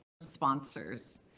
sponsors